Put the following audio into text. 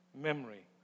memory